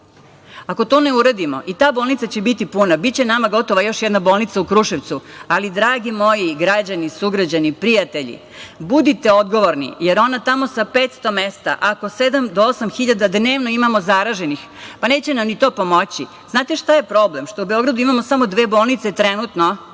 Ako to ne uradimo, i ta bolnica će biti puna. Biće nama gotova još jedna bolnica u Kruševcu, ali, dragi moji građani, sugrađani, prijatelji, budite odgovorni, jer ona tamo sa 500 mesta, ako sedam do osam hiljada dnevno imamo zaraženih, pa neće nam ni to pomoći. Znate šta je problem? Problem je što u Beogradu imamo samo dve bolnice trenutno,